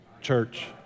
church